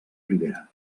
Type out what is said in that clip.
rivera